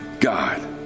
God